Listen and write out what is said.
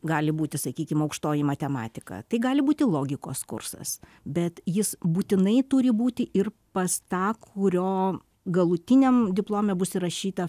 gali būti sakykim aukštoji matematika tai gali būti logikos kursas bet jis būtinai turi būti ir pas tą kurio galutiniam diplome bus įrašyta